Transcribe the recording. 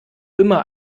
immer